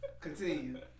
continue